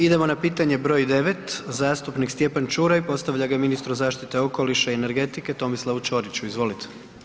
Idemo na pitanje br. 9. zastupnik Stjepan Čuraj postavlja ga ministru zaštite okoliša i energetike Tomislavu Ćoriću, izvolite.